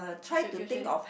should usually